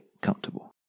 comfortable